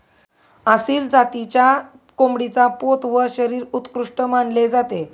आसिल जातीच्या कोंबडीचा पोत व शरीर उत्कृष्ट मानले जाते